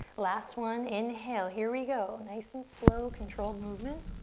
last one, inhale. here we go. nice and slow controlled movement.